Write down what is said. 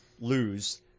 lose